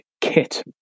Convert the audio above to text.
kit